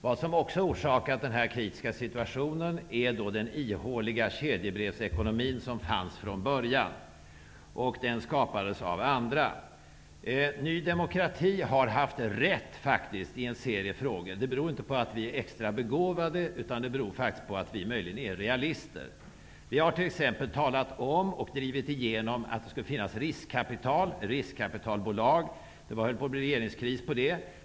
Vad som också har orsakat denna krissituation är den ihåliga kedjebrevsekonomi som fanns från början. Den skapades av andra. Ny demokrati har faktiskt haft rätt i en serie frågor. Det beror inte på att vi är extra begåvade utan på att vi möjligen är realister. Vi talade t.ex. om och drev igenom att det skall finnas riskkapitalbolag. Det höll på att bli regeringskris på grund av det.